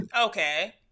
Okay